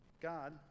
God